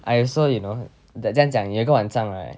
I also you know that 这样讲一个晚上 right